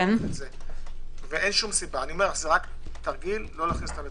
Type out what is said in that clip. זה רק תרגיל לא להכניס אותה לתוקף.